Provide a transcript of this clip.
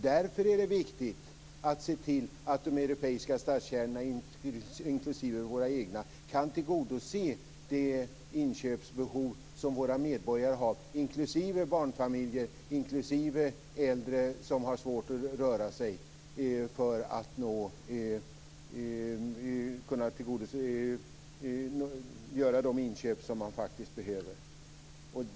Därför är det viktigt att se till att de europeiska stadskärnorna, inklusive våra egna, kan tillgodose de inköpsbehov som våra medborgare har, inklusive barnfamiljer och äldre som har svårt att röra sig.